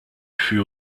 fut